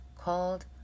called